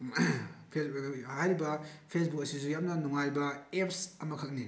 ꯍꯥꯏꯔꯤꯕ ꯐꯦꯁꯕꯨꯛ ꯑꯁꯤꯁꯨ ꯌꯥꯝꯅ ꯅꯨꯡꯉꯥꯏꯕ ꯑꯦꯞꯁ ꯑꯃ ꯈꯛꯅꯤ